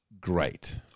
great